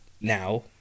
now